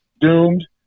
doomed